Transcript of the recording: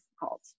difficult